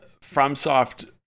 FromSoft